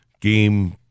game